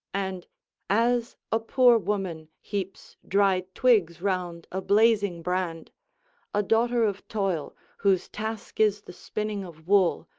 and as a poor woman heaps dry twigs round a blazing brand a daughter of toil, whose task is the spinning of wool,